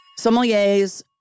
Sommeliers